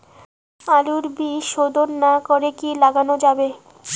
আলুর বীজ শোধন না করে কি লাগানো যাবে?